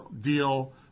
deal